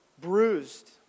bruised